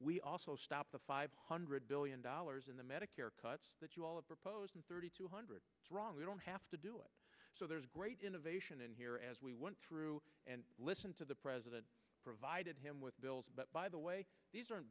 we also stop the five hundred billion dollars in the medicare cuts that you all of proposed and thirty two hundred it's wrong we don't have to do it so there's great innovation in here as we went through and listen to the president provided him with bills but by the way these aren't